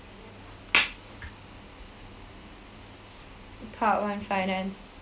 part one finance